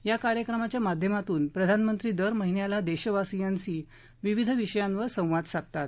या कार्यक्रमाच्या माध्यमातून प्रधानमंत्री दर महिन्याला देशवासीयांशी विविध विषयांवर संवाद साधतात